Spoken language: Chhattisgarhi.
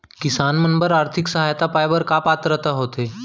किसान मन बर आर्थिक सहायता पाय बर का पात्रता होथे?